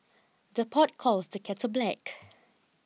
the pot calls the kettle black